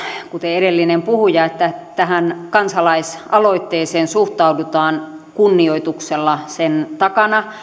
kuten edellinen puhuja että tähän kansalaisaloitteeseen suhtaudutaan kunnioituksella sen takana